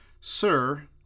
Sir